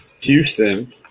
Houston